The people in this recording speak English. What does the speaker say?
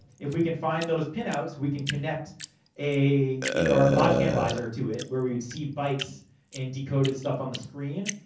if we can find those pin-outs, we can connect either our logic analyzer to it. where we would see bytes and decoded stuff on the screen,